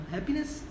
Happiness